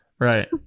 right